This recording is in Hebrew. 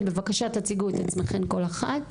בבקשה, תציגו את עצמכן כל אחת בקצרה.